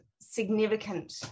significant